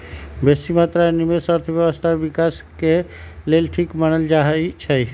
बेशी मत्रा में निवेश अर्थव्यवस्था विकास के लेल ठीक मानल जाइ छइ